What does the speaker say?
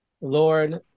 Lord